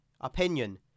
Opinion